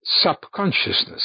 subconsciousness